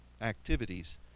activities